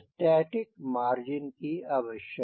स्थैतिक मार्जिन की आवश्यकता है